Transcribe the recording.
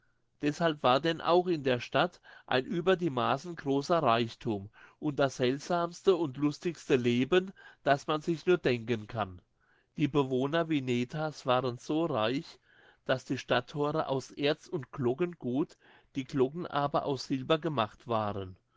deshalb war denn auch in der stadt ein über die maßen großer reichthum und das seltsamste und lustigste leben das man sich nur denken kann die bewohner wineta's waren so reich daß die stadtthore aus erz und glockengut die glocken aber aus silber gemacht waren